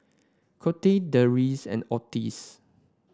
Colette Derls and Otis